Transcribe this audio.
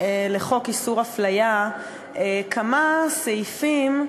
לחוק איסור הפליה בכמה סעיפים,